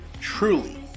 truly